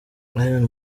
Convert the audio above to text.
ian